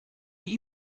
die